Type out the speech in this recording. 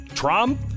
Trump